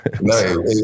No